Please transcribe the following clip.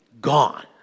gone